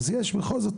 אז יש בכל זאת,